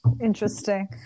interesting